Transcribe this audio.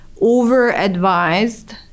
over-advised